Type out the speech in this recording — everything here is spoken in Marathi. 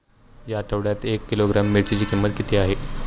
या आठवड्यात एक किलोग्रॅम मिरचीची किंमत किती आहे?